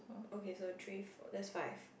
okay so three four that's five